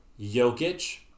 Jokic